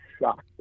shocked